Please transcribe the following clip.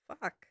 fuck